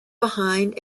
behind